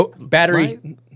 battery